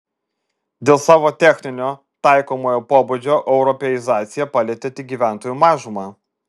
dėl savo techninio taikomojo pobūdžio europeizacija palietė tik gyventojų mažumą